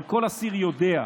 אבל כל אסיר יודע,